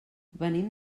venim